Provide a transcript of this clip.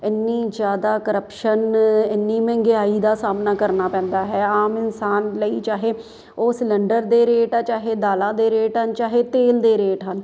ਇੰਨੀ ਜ਼ਿਆਦਾ ਕਰੱਪਸ਼ਨ ਇੰਨੀ ਮਹਿੰਗਾਈ ਦਾ ਸਾਹਮਣਾ ਕਰਨਾ ਪੈਂਦਾ ਹੈ ਆਮ ਇਨਸਾਨ ਲਈ ਚਾਹੇ ਉਹ ਸਿਲੰਡਰ ਦੇ ਰੇਟ ਹੈ ਚਾਹੇ ਦਾਲਾਂ ਦੇ ਰੇਟ ਹਨ ਚਾਹੇ ਤੇਲ ਦੇ ਰੇਟ ਹਨ